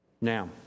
Now